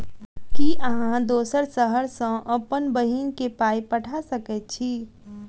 की अहाँ दोसर शहर सँ अप्पन बहिन केँ पाई पठा सकैत छी?